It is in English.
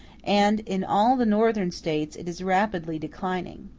and in all the northern states it is rapidly declining.